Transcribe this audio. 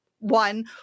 One